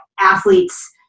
athletes